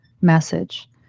message